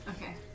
Okay